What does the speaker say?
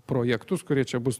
projektus kurie čia bus